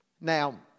Now